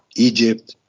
egypt,